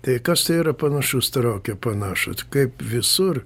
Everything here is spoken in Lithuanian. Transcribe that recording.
tai kas tai yra panašus traukia panašų kaip visur